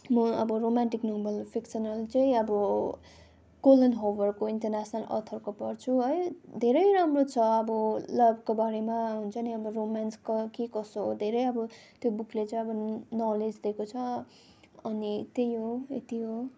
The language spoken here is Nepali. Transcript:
म अब रोमान्टिक नोभल फिक्सनल चाहिँ अब कोलेन होभरको इन्टर्नेसनल अथरको पढ्छु है धेरै राम्रो छ अब लभको बारेमा हुन्छ नि अब रोमान्स कहाँ के कसो हुँदो अरे अब त्यो बुकले चाहिँ अब नलेज दिएको छ अनि त्यही हो यति हो